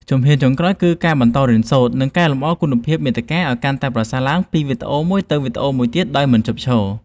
ជំហានចុងក្រោយគឺការបន្តរៀនសូត្រ និងកែលម្អគុណភាពមាតិកាឱ្យកាន់តែប្រសើរឡើងពីវីដេអូមួយទៅវីដេអូមួយទៀតដោយមិនឈប់ឈរ។